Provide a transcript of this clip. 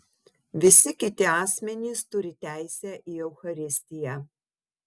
visi kiti asmenys turi teisę į eucharistiją